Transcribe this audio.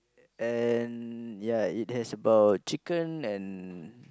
and yeah it has about chicken and